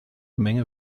menge